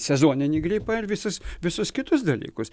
sezoninį gripą ir visus visus kitus dalykus